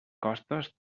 costes